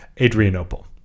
Adrianople